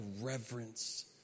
reverence